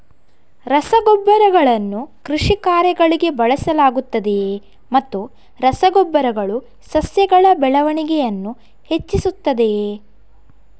ರಸಗೊಬ್ಬರಗಳನ್ನು ಕೃಷಿ ಕಾರ್ಯಗಳಿಗೆ ಬಳಸಲಾಗುತ್ತದೆಯೇ ಮತ್ತು ರಸ ಗೊಬ್ಬರಗಳು ಸಸ್ಯಗಳ ಬೆಳವಣಿಗೆಯನ್ನು ಹೆಚ್ಚಿಸುತ್ತದೆಯೇ?